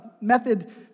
method